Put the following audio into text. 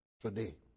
today